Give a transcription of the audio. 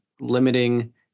limiting